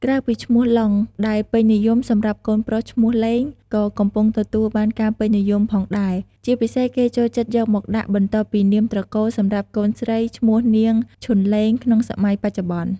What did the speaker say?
ក្រៅពីឈ្មោះ "ឡុង" ដែលពេញនិយមសម្រាប់កូនប្រុស ឈ្មោះ "ឡេង" ក៏កំពុងទទួលបានការពេញនិយមផងដែរ ជាពិសេសគេចូលចិត្តយកមកដាក់ បន្ទាប់ពីនាមត្រកូលសម្រាប់ កូនស្រី ឈ្មោះ នាង ឈុនឡេង ក្នុងសម័យបច្ចុប្បន្ន។